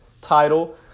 title